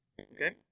Okay